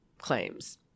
claims